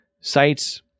sites